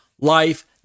life